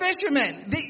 fishermen